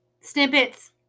Snippets